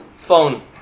phone